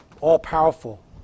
all-powerful